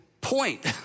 point